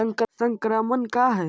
संक्रमण का है?